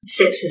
Sepsis